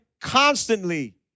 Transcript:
constantly